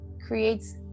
creates